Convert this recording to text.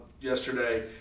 yesterday